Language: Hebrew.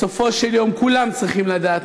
בסופו של יום כולם צריכים לדעת,